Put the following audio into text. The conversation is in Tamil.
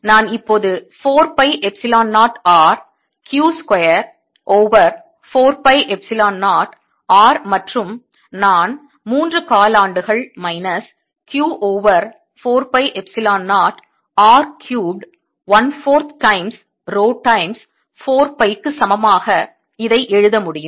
எனவே நான் இப்போது 4 pi epsilon 0 R Q square over 4 pi epsilon 0 R மற்றும் நான் 3 காலாண்டுகள் minus Q over 4 pi epsilon 0 R cubed 1 4th times rho times 4 pi க்கு சமமாக இதை எழுத முடியும்